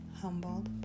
humbled